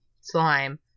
slime